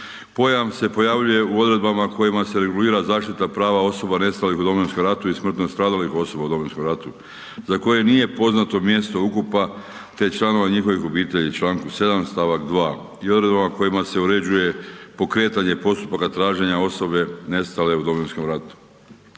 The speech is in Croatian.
Pojam se pojavljuje u odredbama u kojima se regulira zaštita prava osoba nestalih u Domovinskom ratu i smrtno stradalih osoba u Domovinskom ratu za koje nije poznato mjesto ukopa te članova njihovih obitelji u članku 7. stavak 2. i odredbama kojima se uređuje pokretanja postupaka traženja osobe nestale u Domovinskom ratu.